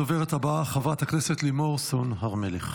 הדוברת הבאה, חברת הכנסת לימור סון הר מלך.